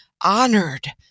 honored